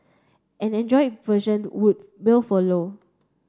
an Android version would will follow